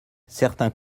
certains